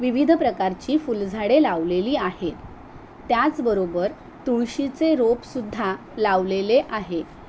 विविध प्रकारची फुलझाडे लावलेली आहेत त्याचबरोबर तुळशीचे रोपसुद्धा लावलेले आहे